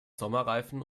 sommerreifen